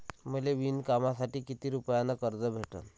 मले विणकामासाठी किती रुपयानं कर्ज भेटन?